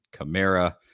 Kamara